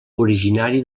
originari